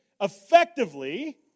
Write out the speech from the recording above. effectively